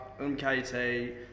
MKT